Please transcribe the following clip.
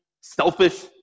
selfish